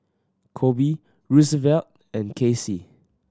Koby Roosevelt and Kacie